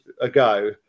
ago